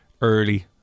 Early